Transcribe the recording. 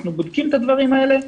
אנחנו בודקים את הדברים האלה,